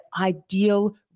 ideal